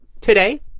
Today